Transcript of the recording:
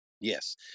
Yes